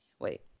wait